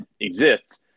exists